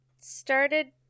started